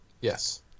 Yes